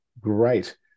great